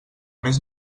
més